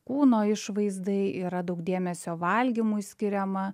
kūno išvaizdai yra daug dėmesio valgymui skiriama